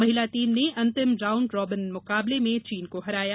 महिला टीम ने अंतिम राउण्ड रोबिन मुकाबले में चीन को हराया